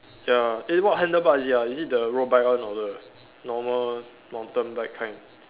ya eh what handle bar is it ah is it the road bike one or the normal mountain bike kind